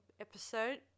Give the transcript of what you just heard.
episode